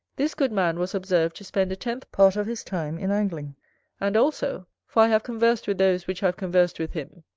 this good man was observed to spend a tenth part of his time in angling and, also, for i have conversed with those which have conversed with him,